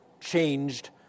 changed